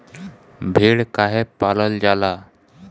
भेड़ काहे पालल जाला?